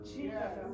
Jesus